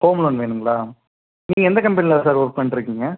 home loan வேணுங்களா நீங்கள் எந்த கம்பெனியில் சார் ஒர்க் பண்ணுறிங்க